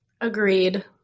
Agreed